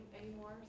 anymore